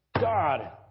God